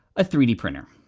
a three d printer.